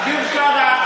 אביר קארה,